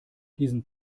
diesen